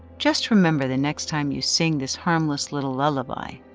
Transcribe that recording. just remember the next time you sing this harmless little lullaby,